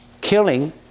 Killing